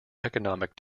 economic